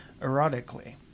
erotically